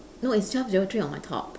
no it's twelve zero three on my top